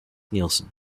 nielsen